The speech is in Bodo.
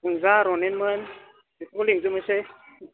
फुंजा रनेनमोन बिसोरखौबो लिंजोबनोसै